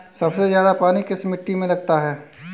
सबसे ज्यादा पानी किस मिट्टी में लगता है?